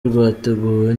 rwateguwe